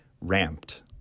RAMPed